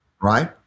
Right